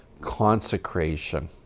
consecration